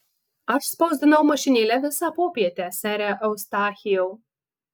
aš spausdinau mašinėle visą popietę sere eustachijau